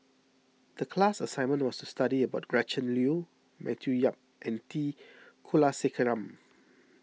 the class assignment was to study about Gretchen Liu Matthew Yap and T Kulasekaram